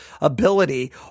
ability